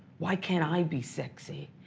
why can't i be sexy?